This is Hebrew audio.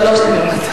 שלוש תמימות.